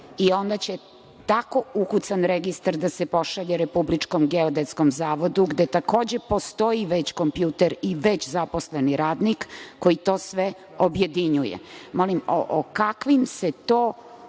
i onda će tako ukucan registar da se pošalje Republičkom geodetskom zavodu, gde takođe postoji već kompjuter i već zaposleni radnik koji to sve objedinjuje. Molim, o kakvim se to